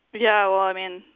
yeah, well, i mean,